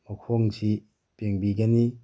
ꯃꯈꯣꯡꯁꯤ ꯄꯦꯡꯕꯤꯒꯅꯤ